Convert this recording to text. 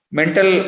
mental